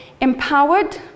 empowered